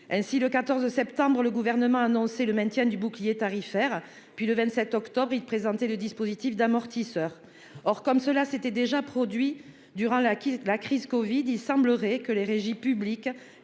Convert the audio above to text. Ainsi le 14 septembre, le gouvernement a annoncé le maintien du bouclier tarifaire, puis le 27 octobre il te présenter le dispositif d'amortisseurs, or comme cela s'était déjà produit durant la crise, la crise Covid. Il semblerait que les régies publiques